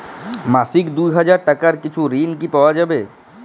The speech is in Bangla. মাসিক দুই হাজার টাকার কিছু ঋণ কি পাওয়া যাবে?